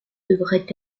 devraient